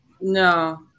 No